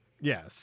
Yes